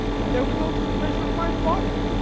and therewithal took measure of my body.